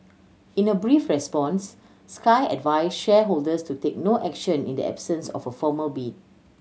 in a brief response sky advised shareholders to take no action in the absence of a formal bid